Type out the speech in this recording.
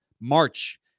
March